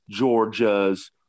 Georgias